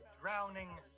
drowning